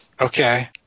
okay